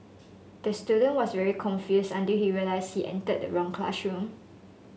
the student was very confused until he realised he entered the wrong classroom